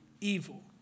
evil